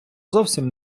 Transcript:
зовсім